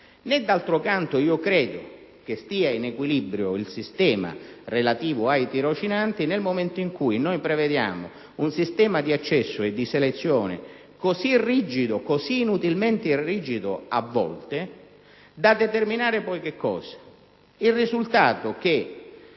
Né d'altro canto credo che stia in equilibrio il sistema relativo ai tirocinanti, nel momento in cui prevediamo un sistema di accesso e di selezione così rigido, così inutilmente rigido, a volte, da determinare poi il risultato che